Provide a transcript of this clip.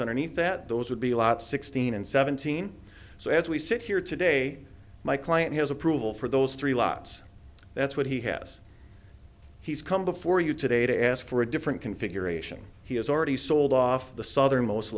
underneath that those would be a lot sixteen and seventeen so as we sit here today my client has approval for those three lots that's what he has he's come before you today to ask for a different configuration he has already sold off the southernmost